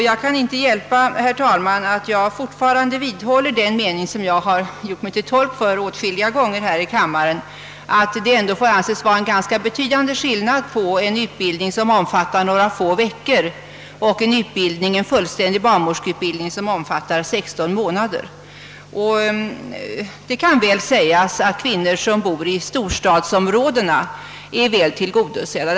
Jag vidhåller fortfarande den mening som jag har gjort mig till tolk för åtskilliga gånger här i kammaren, att det får anses vara en betydande skillnad på en utbildning som omfattar några få veckor och en fullständig barnmorskeutbildning som omfattar 16 månader. Det kan sägas att kvinnor som bor i storstadsområdena är väl tillgodosedda.